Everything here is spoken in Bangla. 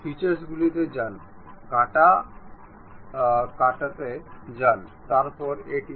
সুতরাং এটি একটি কয়েন্সিডেন্ট মেট ছিল